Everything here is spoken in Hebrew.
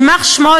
"יימח שמו,